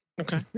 okay